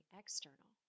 external